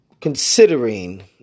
considering